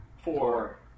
Four